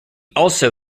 also